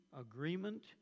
agreement